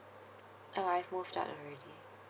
uh I've moved out already